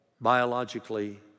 biologically